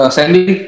Sandy